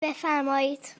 بفرمایید